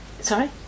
sorry